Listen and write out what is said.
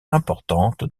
importante